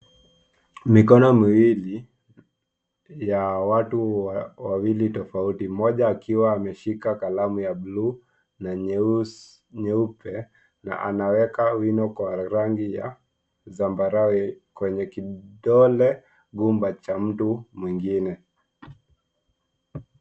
Mikono miwili ya watu wawili tofauti, mmoja akiwa ameshika kalamu ya bluu na nyeupe na anaweka wino ya rangi ya zambarau kwenye kidole gumba cha mtu mwingine.